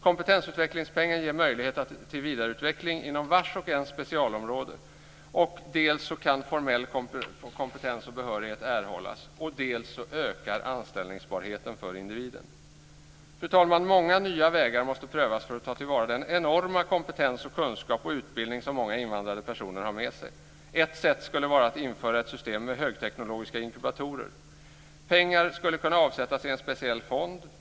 Kompetensutvecklingspengen ger möjlighet till vidareutveckling inom vars och ens specialområde. Dels kan formell kompetens och behörighet erhållas, dels ökar anställningsbarheten för individen. Fru talman! Många nya vägar måste prövas för att ta till vara den enorma kompetens, kunskap och utbildning som många invandrade personer har med sig. Ett sätt skulle vara att införa ett system med högteknologiska inkubatorer. Pengar skulle kunna avsättas i en speciell fond.